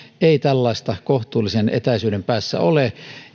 ei tällaista kohtuullisen etäisyyden päässä ole